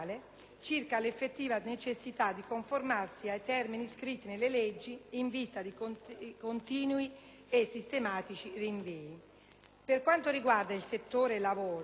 circa l'effettiva necessità di conformarsi ai termini scritti nelle leggi, in vista di continui e sistematici rinvii. Per quanto riguarda il settore lavoro,